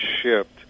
shipped